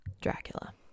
Dracula